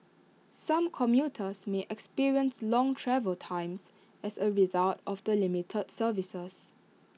some commuters may experience long travel times as A result of the limited services